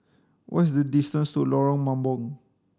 what is the distance to Lorong Mambong